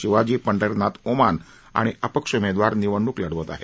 शिवाजी पंढरीनाथ ओमान आणि अपक्ष उमेदवार निवडणूक लढवत आहेत